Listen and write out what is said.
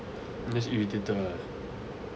miss irritator ah